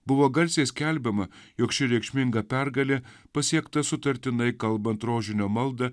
buvo garsiai skelbiama jog ši reikšminga pergalė pasiekta sutartinai kalbant rožinio maldą